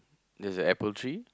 there's a apple tree